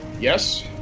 Yes